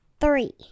three